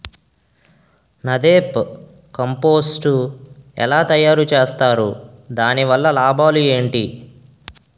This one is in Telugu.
నదెప్ కంపోస్టు ఎలా తయారు చేస్తారు? దాని వల్ల లాభాలు ఏంటి?